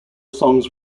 songs